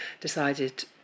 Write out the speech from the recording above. decided